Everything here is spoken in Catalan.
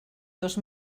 dos